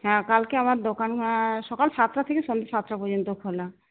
হ্যাঁ কালকে আমার দোকান সকাল সাতটা থেকে সন্ধ্যে সাতটা পর্যন্ত খোলা